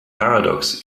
paradox